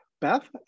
Beth